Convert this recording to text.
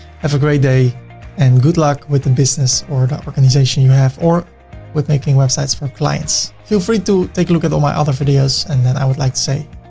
have a great day and good luck with the business or and organization you have, or with making websites for clients. feel free to take a look at all my other videos and then i would like to say,